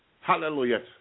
Hallelujah